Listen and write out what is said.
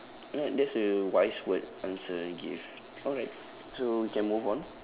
right that's a wise word answer you gave alright so we can move on